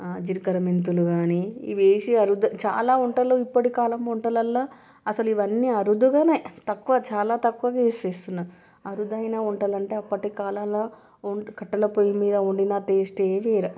జీలకర్ర మెంతులు కానీ ఇవి వేసి అరుదు చాలా వంటలు ఇప్పటి కాలం వంటలలో అసలు ఇవన్నీ అరుదుగానే తక్కువ చాలా తక్కువగా యూస్ చేస్తున్నారు అరుదైన వంటలు అంటే అప్పటి కాలంలో కట్టెల పొయ్యి మీద వండిన టేస్టే వేరు